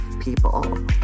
people